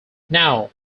now